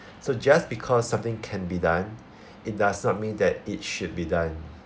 so just because something can be done it does not mean that it should be done